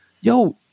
Yo